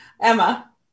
Emma